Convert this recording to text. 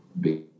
Big